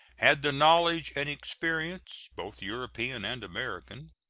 had the knowledge and experience, both european and american,